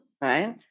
right